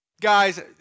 Guys